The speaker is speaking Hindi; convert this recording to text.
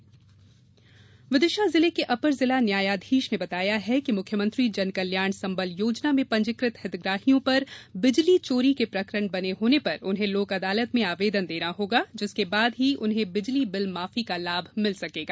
संबल योजना विदिशा जिले के अपर जिला न्यायाधीश ने बताया कि मुख्यमंत्री जन कल्याण संबल योजना में पंजीकृत हितग्राहियों पर बिजली चोरी के प्रकरण बने होने पर उन्हें लोक अदालत में आवेदन देना होगा जिसके बाद ही उन्हें बिजली बिल माफी का लाभ मिल सकेगा